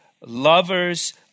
lovers